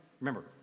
Remember